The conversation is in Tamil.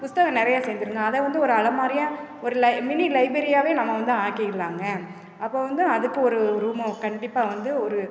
புஸ்தகம் நிறையா சேர்ந்ததுருங்க அதை வந்து ஒரு அலமாரியாக ஒரு லை மினி லைப்ரரியாகவே நம்ம வந்து ஆக்கிடலாங்க அப்போ வந்து அதுக்கு ஒரு ரூம்மை கண்டிப்பாக வந்து ஒரு